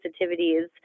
sensitivities